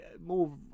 more